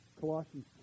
Colossians